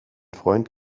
freund